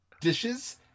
Dishes